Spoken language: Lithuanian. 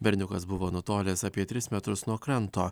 berniukas buvo nutolęs apie tris metrus nuo kranto